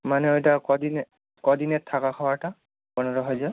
মানে ওইটা ক দিনে কদিনের থাকা খাওয়াটা পনেরো হাজার